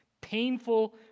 Painful